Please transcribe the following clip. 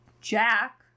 jack